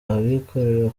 abikorera